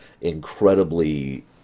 Incredibly